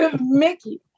Mickey